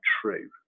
true